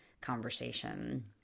conversation